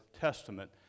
Testament